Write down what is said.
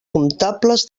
comptables